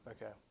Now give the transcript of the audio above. Okay